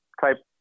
type